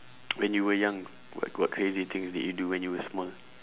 when you were young what what crazy things did you do when you were small